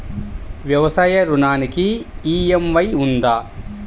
వ్యవసాయ ఋణానికి ఈ.ఎం.ఐ ఉందా?